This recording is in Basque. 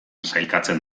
sailkatzen